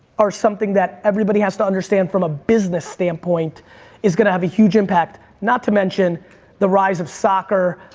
are something that everybody has to understand from a business standpoint is gonna have a huge impact, not to mention the rise of soccer,